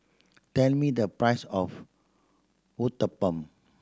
tell me the price of Uthapam